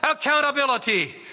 accountability